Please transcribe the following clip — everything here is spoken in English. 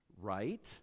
right